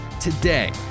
Today